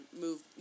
move